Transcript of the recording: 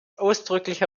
ausdrücklich